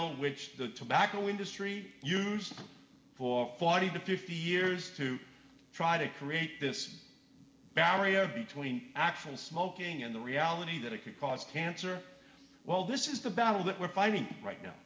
nile which the macro industry used for forty to fifty years to try to create this barrier between actual smoking and the reality that it could cause cancer well this is the battle that we're fighting right now